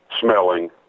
smelling